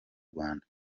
rwanda